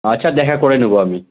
আচ্ছা দেখা করে নেব আমি